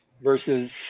versus